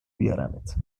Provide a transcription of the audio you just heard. بیارمت